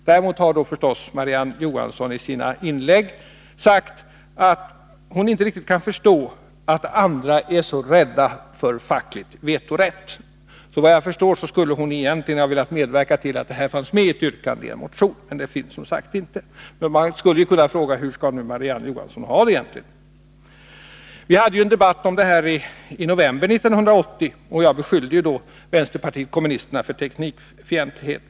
Däremot har förstås Marie-Ann Johanssoni sina inlägg sagt att hon inte riktigt kan förstå att andra är så rädda för facklig vetorätt. Vad jag förstår skulle hon egentligen ha velat medverka till att det här fanns med i ett yrkande i en motion. Men det finns som sagt inget sådant yrkande. Man skulle kunna fråga: Hur skall nu Marie-Ann Johansson ha det egentligen? Vi hade ju en debatt om detta i november 1980, och jag beskyllde då vänsterpartiet kommunisterna för teknikfientlighet.